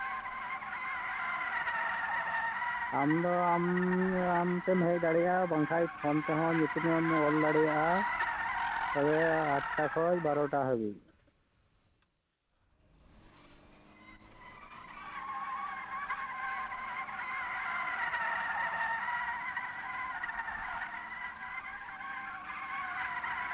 ᱟᱢ ᱫᱚ ᱟᱢ ᱟᱢᱛᱚᱢ ᱦᱮᱡ ᱫᱟᱲᱮᱭᱟᱜᱼᱟ ᱵᱟᱠᱷᱟᱱ ᱯᱷᱳᱱ ᱛᱮᱦᱚᱸ ᱧᱩᱛᱩᱢᱮᱢ ᱚᱞ ᱫᱟᱲᱮᱭᱟᱜᱼᱟ ᱥᱟᱲᱮ ᱟᱴ ᱴᱟ ᱠᱷᱚᱱ ᱵᱟᱨᱚ ᱴᱟ ᱦᱟᱹᱵᱤᱡ